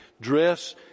Dress